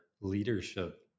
leadership